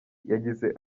yagize